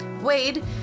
Wade